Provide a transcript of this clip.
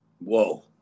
whoa